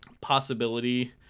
possibility